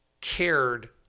cared